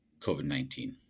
COVID-19